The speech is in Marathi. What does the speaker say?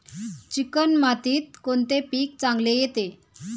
चिकण मातीत कोणते पीक चांगले येते?